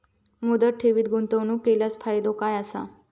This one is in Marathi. मुदत ठेवीत गुंतवणूक केल्यास फायदो काय आसा?